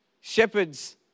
shepherd's